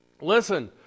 listen